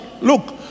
Look